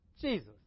Jesus